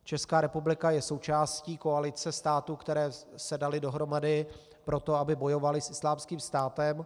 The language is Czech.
Česká republika je součástí koalice států, které se daly dohromady proto, aby bojovaly s Islámským státem.